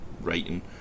writing